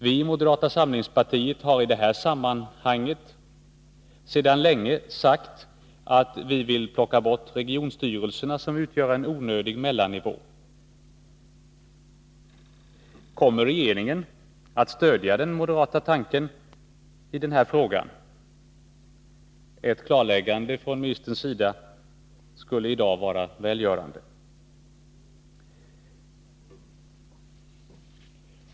Vi i moderata samlingspartiet har i det här sammanhanget sedan länge framhållit att vi vill avveckla regionstyrelserna, som utgör en onödig mellannivå. Kommer regeringen att stödja den moderata tanken i den här frågan? Ett klarläggande från ministerns sida i dag skulle vara välgörande.